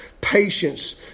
patience